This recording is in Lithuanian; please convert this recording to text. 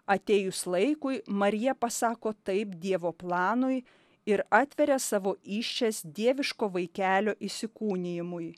atėjus laikui marija pasako taip dievo planui ir atveria savo įsčias dieviško vaikelio įsikūnijimui